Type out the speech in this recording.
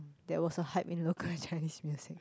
that was a hype in local Chinese music